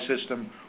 system